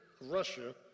Russia